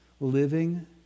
living